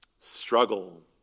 struggle